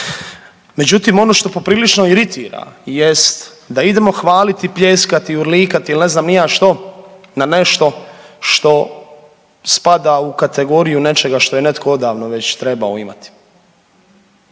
Međutim, ono što poprilično iritira jest da idemo hvaliti, pljeskat i urlikati ili ne znam ni ja što na nešto što spada u kategoriju nečega što je netko odavno već trebao imati.